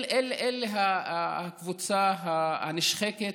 זו הקבוצה הנשחקת,